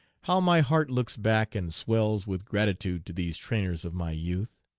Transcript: how my heart looks back and swells with gratitude to these trainers of my youth!